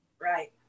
Right